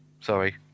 sorry